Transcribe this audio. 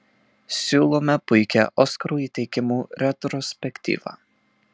siūlome puikią oskarų įteikimo retrospektyvą